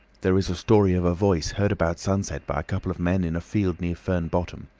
there is a story of a voice heard about sunset by a couple of men in a field near fern bottom.